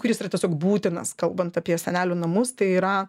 kuris yra tiesiog būtinas kalbant apie senelių namus tai yra